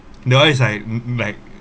that one is like m~ like